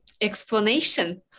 explanation